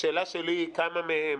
השאלה שלי היא כמה מהם